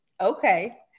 okay